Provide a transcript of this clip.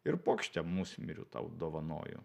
ir puokštę musmirių tau dovanoju